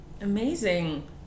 Amazing